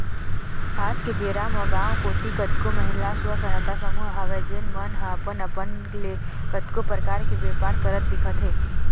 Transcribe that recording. आज के बेरा म गाँव कोती कतको महिला स्व सहायता समूह हवय जेन मन ह अपन अपन ले कतको परकार के बेपार करत दिखत हे